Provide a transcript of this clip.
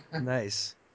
Nice